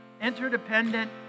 interdependent